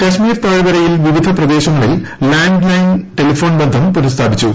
കശ്മീർ താഴ്വരയിൽ വിവിധ പ്രദേശങ്ങളിൽ ലാൻഡ് ലൈൻ ടെലിഫോൺ ബന്ധം പുനസ്ഥാപിച്ചു